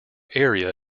area